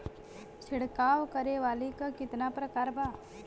छिड़काव करे वाली क कितना प्रकार बा?